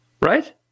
right